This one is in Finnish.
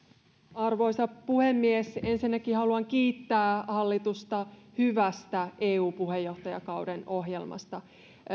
arvoisa puhemies ensinnäkin haluan kiittää hallitusta hyvästä eu puheenjohtajakauden ohjelmasta